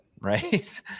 Right